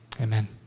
amen